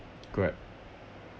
correct